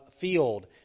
field